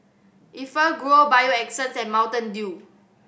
Enfagrow Bio Essence and Mountain Dew